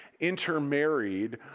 intermarried